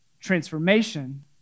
Transformation